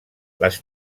les